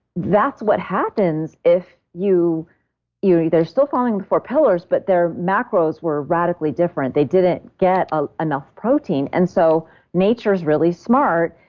that's what happens if you know they're still following four pillars, but their macros were radically different. they didn't get ah enough protein. and so nature is really smart.